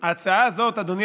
אדוני